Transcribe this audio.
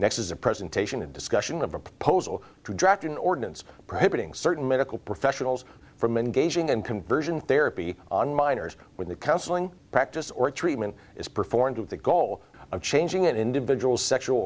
next is a presentation and discussion of a proposal to draft an ordinance prohibiting certain medical professionals from engaging and conversion therapy on minors when the counseling practice or treatment is performed with the goal of changing an individual sexual